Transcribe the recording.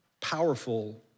powerful